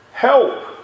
Help